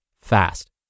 fast